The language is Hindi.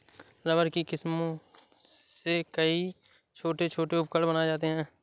रबर की किस्मों से कई छोटे छोटे उपकरण बनाये जाते हैं